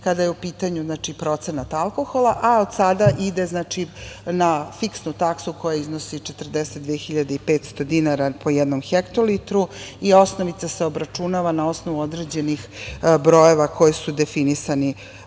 kada je u pitanju procenat alkohola, a od sada ide na fiksnu taksu koja iznosi 42.500 dinara po jednom hektolitru, i osnovica se obračunava na osnovu određenih brojeva koji su definisani